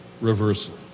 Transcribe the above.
reversal